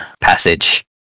passage